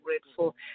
grateful